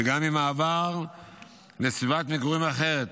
וגם עם מעבר לסביבת מגורים אחרת,